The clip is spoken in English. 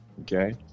Okay